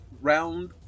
round